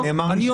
כך נאמר לי,